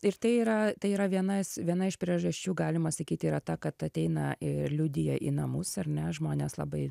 ir tai yra tai yra vienas viena iš priežasčių galima sakyti yra ta kad ateina ir liudija į namus ar ne žmonės labai